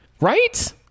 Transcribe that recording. right